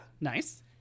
Nice